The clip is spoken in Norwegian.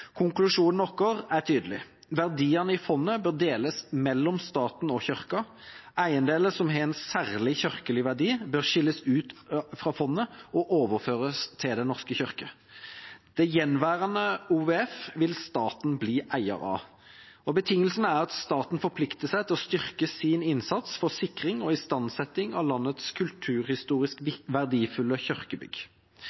Konklusjonen vår er tydelig: Verdiene i fondet bør deles mellom staten og Kirken. Eiendeler som har en særlig kirkelig verdi, bør skilles ut fra fondet og overføres til Den norske kirke. Det gjenværende OVF vil staten bli eier av. Betingelsen er at staten forplikter seg til å styrke sin innsats for sikring og istandsetting av landets kulturhistorisk